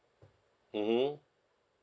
mmhmm